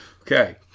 Okay